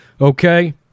Okay